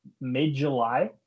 mid-July